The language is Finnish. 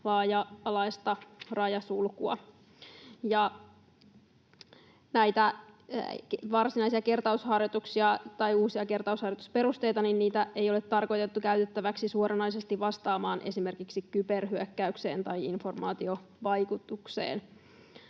laaja-alaista rajasulkua. Näitä uusia kertausharjoitusperusteita ei ole tarkoitettu käytettäväksi suoranaisesti vastaamaan esimerkiksi kyberhyökkäykseen tai informaatiovaikuttamiseen,